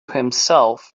himself